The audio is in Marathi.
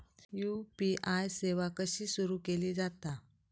यू.पी.आय सेवा कशी सुरू केली जाता?